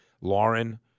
Lauren